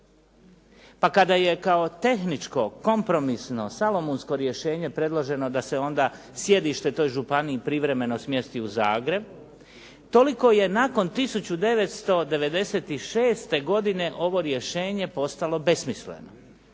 pa kada je kao tehničko kompromisno salomunsko rješenje predloženo da se onda sjedište toj županiji privremeno smjesti u Zagreb, toliko je nakon 1996. godine ovo rješenje postalo besmisleno.